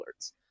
alerts